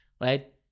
right